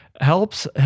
helps